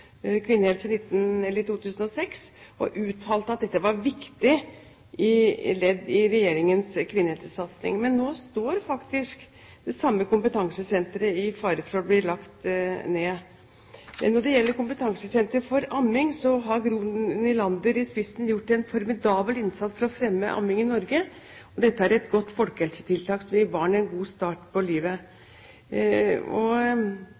2006, og uttalte at dette var et viktig ledd i regjeringens kvinnehelsesatsing. Men nå står det samme kompetansesenteret i fare for å bli lagt ned. Når det gjelder kompetansesenteret for amming, har det med Gro Nylander i spissen gjort en formidabel innsats for å fremme amming i Norge. Dette er et godt folkehelsetiltak som gir barn en god start på